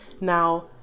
Now